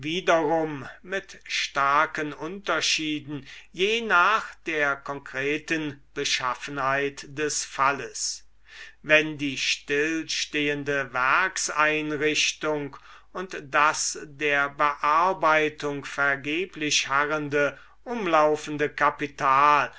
mit starken unterschieden je nach der konkreten beschaffenheit des falles wenn die stillstehende werkseinrichtung und das der bearbeitung vergeblich harrende umlaufende kapital